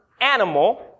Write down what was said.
animal